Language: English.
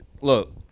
look